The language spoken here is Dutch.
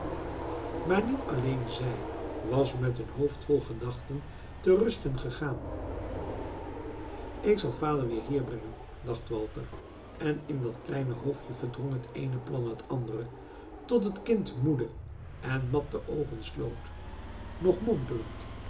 maar niet alleen zij was met een hoofd vol gedachten te rusten gegaan ik zal vader weer hier brengen dacht walter en in dat kleine hoofdje verdrong het eene plan het andere tot het kind moede en mat de oogen sloot nog mompelend